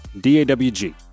D-A-W-G